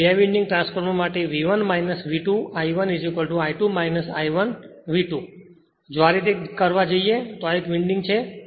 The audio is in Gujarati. તેથી બે વિન્ડિંગ ટ્રાન્સફોર્મર માટે V1 V2 I1 I2 I1 V2જો આ રીતે જઈએ તો આ એક વિન્ડિંગ છે